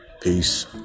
Peace